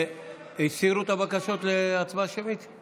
הסירו את הבקשות להצבעה שמית?